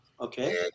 Okay